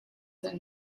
and